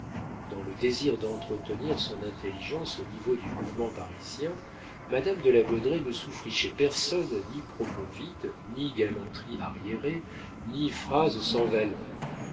dans le désir d'entretenir son intelligence au niveau du mouvement parisien madame de la baudraye ne souffrit chez personne ni propos vides ni galanterie arriérée ni phrases sans valeur